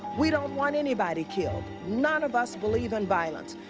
we don't want anybody killed. none of us believe in violence.